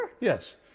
Yes